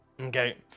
Okay